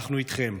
אנחנו איתכן,